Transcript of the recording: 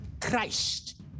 Christ